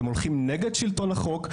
אתם הולכים נגד שלטון החוק,